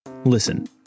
Listen